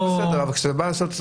מנגד,